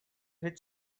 hit